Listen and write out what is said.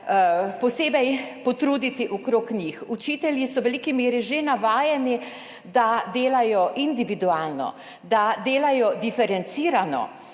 posebej potruditi okrog njih. Učitelji so v veliki meri že navajeni, da delajo individualno, da delajo diferencirano.